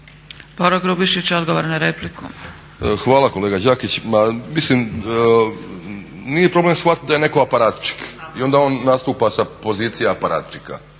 **Grubišić, Boro (HDSSB)** Hvala kolega Đakić. Nije problem shvatit da je netko aparatčik i onda on nastupa sa pozicije aparatčika